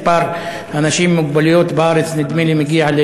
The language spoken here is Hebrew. מספר האנשים עם מוגבלויות בארץ מגיע,